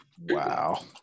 Wow